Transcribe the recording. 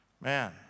Man